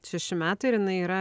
šeši metai ir inai yra